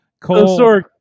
Cole